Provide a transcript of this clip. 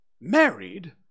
Married